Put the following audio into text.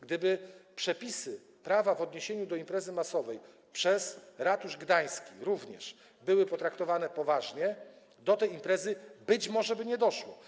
Gdyby przepisy prawa w odniesieniu do imprezy masowej przez ratusz gdański również były potraktowane poważnie, do tej imprezy być może by nie doszło.